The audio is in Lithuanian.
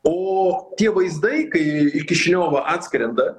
o tie vaizdai kai į kišiniovą atskrenda